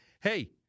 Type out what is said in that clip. hey